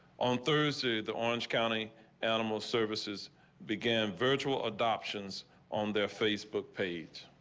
on thursday, the orange county animal services begin virtual adoptions on their facebook page.